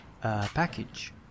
package